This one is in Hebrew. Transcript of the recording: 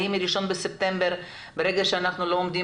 האם ב-1 בספטמבר ברגע שאנחנו לא עומדים